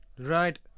Right